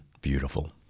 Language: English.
beautiful